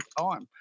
time